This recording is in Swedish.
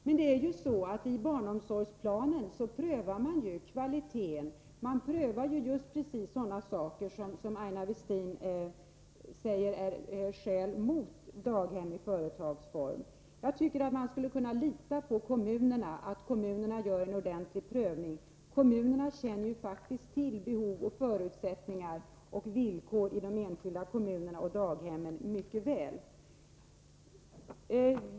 Men nu är det ju så att man i barnomsorgsplanen prövar kvaliteten och just sådana faktorer som Aina Westin säger utgör skäl mot daghem i företagsform. Jag tycker att man skulle kunna lita på att kommunerna gör en ordentlig prövning. Den enskilda kommunen känner ju faktiskt mycket väl till behov, förutsättningar och villkor vad gäller daghemmen inom sitt område.